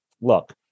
look